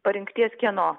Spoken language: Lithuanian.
parengties kieno